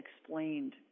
explained